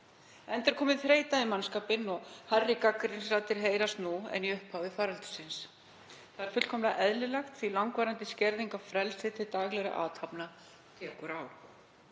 enda er komin þreyta í mannskapinn og hærri gagnrýnisraddir heyrast nú en í upphafi faraldursins. Það er fullkomlega eðlilegt því að langvarandi skerðing á frelsi til daglegra athafna